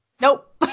Nope